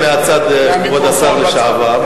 מלה מהצד לכבוד השר לשעבר.